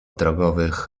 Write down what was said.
drogowych